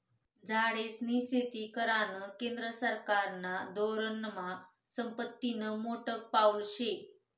झाडेस्नी शेती करानं केंद्र सरकारना धोरनमा संपत्तीनं मोठं पाऊल शे